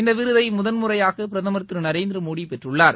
இந்த விருதை முதல் முறையாக பிரதமர் திரு நரேந்திரமோடி பெற்றுள்ளார்